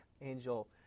Angel